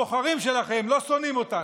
הבוחרים שלכם לא שונאים אותנו.